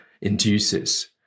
Induces